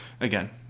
again